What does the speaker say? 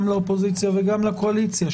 גם לאופוזיציה וגם לקואליציה,